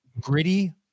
Gritty